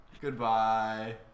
goodbye